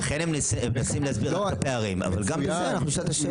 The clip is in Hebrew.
לכן מנסים להסביר את הפערים אבל גם בזה נשאל את השאלות.